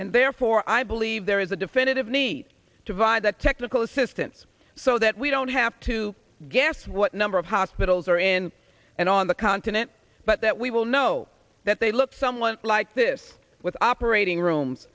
and therefore i believe there is a definitive need to via the technical assistance so that we don't have to guess what number of hospitals are in and on the continent but that we will know that they look someone like this with operating rooms